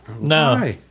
No